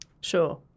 Sure